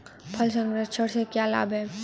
फल संरक्षण से क्या लाभ है?